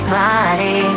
body